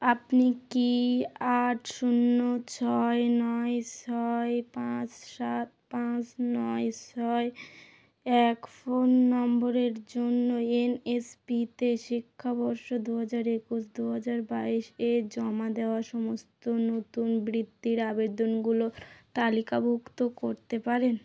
আপনি কি আট শূন্য ছয় নয় ছয় পাঁচ সাত পাঁচ নয় ছয় এক ফোন নম্বরের জন্য এনএসপিতে শিক্ষাবর্ষ দু হাজার একুশ দু হাজার বাইশ এ জমা দেওয়া সমস্ত নতুন বৃত্তির আবেদনগুলো তালিকাভুক্ত করতে পারেন